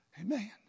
Amen